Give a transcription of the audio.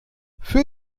für